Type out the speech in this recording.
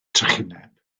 trychineb